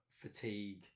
fatigue